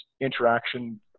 interaction